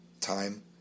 Time